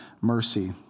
mercy